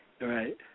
Right